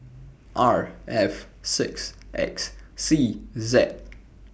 R F six X C Z